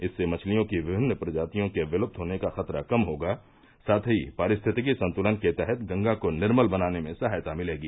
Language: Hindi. इससे मछलियों की विभिन्न प्रजातियों के विलुप्त होने का खतरा कम होगा साथ ही पारिस्थितिकी संतुलन के तहत गंगा को निर्मल बनाने में सहायता मिलेगी